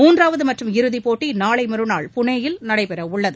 மூன்றாவது மற்றும் இறுதி போட்டி நாளை மறுநாள் புனேயில் நடைபெற உள்ளது